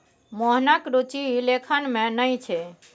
मोहनक रुचि लेखन मे नहि छै